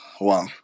wow